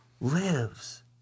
lives